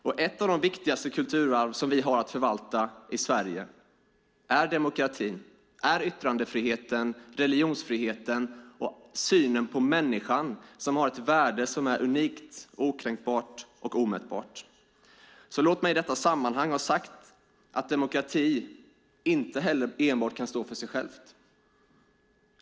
Några av de viktigaste kulturarv vi har att förvalta i Sverige är demokratin, yttrandefriheten, religionsfriheten och synen på människan som har ett värde som är unikt, okränkbart och omätbart. Låt mig i detta sammanhang ha sagt att demokrati inte kan stå för sig själv.